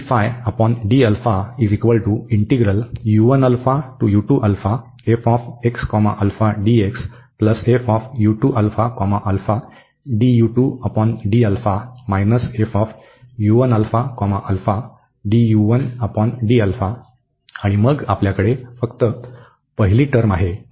आणि मग आमच्याकडे फक्त प्रथम टर्म आहे